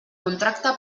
contracte